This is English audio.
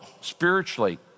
spiritually